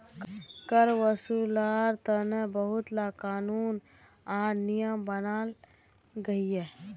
कर वासूल्वार तने बहुत ला क़ानून आर नियम बनाल गहिये